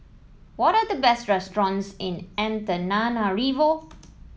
what are the best restaurants in Antananarivo